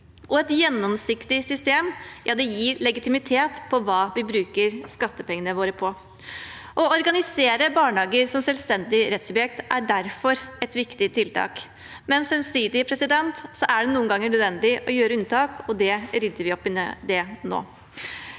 Et gjennomsiktig system gir legitimitet til hva vi bruker skattepengene våre på. Å organisere barnehager som selvstendige rettssubjekt er derfor et viktig tiltak, men samtidig er det noen ganger nødvendig å gjøre unntak, og det rydder vi opp i nå.